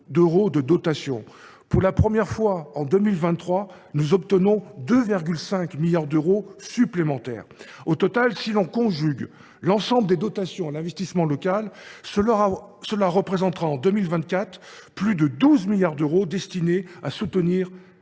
Pour la première fois, en 2023, nous obtenons 2,5 milliards d’euros supplémentaires. Au total, si l’on conjugue l’ensemble des dotations à l’investissement local, leur montant total représentera en 2024 plus de 12 milliards d’euros destinés à soutenir des projets de nos élus